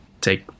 take